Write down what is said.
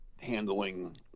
handling